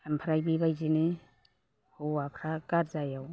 ओमफ्राय बेबायदिनो हौवाफोरा गारजायाव